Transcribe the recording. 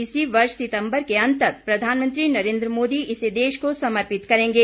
इसी वर्ष सितंबर के अंत तक प्रधानमंत्री नरेंद्र मोदी इसे देश को समर्पित करेंगे